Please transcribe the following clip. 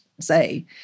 say